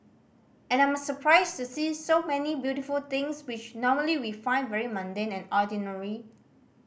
and I'm surprised to see so many beautiful things which normally we find very mundane and ordinary